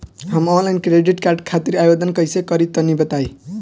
हम online credit card खातिर आवेदन कइसे करि तनि बताई?